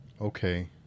Okay